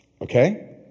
Okay